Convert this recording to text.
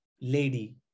lady